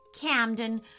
Camden